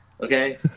Okay